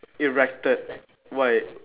erected why